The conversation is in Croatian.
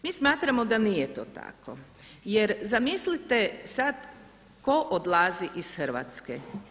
Mi smatramo da nije to tako, jer zamislite sad tko odlazi iz Hrvatske?